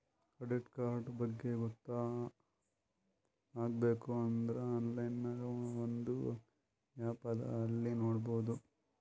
credit card ಬಗ್ಗೆ ಗೊತ್ತ ಆಗ್ಬೇಕು ಅಂದುರ್ ಆನ್ಲೈನ್ ನಾಗ್ ಒಂದ್ ಆ್ಯಪ್ ಅದಾ ಅಲ್ಲಿ ನೋಡಬೋದು